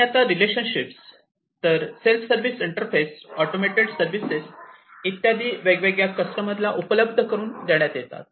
आणि आता रिलेशनशिप्स तर self service interface automated services इत्यादी वेगवेगळ्या कस्टमरला उपलब्ध करून देण्यात येतात